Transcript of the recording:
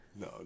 No